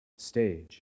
Stage